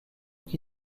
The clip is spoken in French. qui